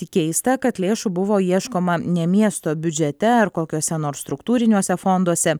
tik keista kad lėšų buvo ieškoma ne miesto biudžete ar kokiuose nors struktūriniuose fonduose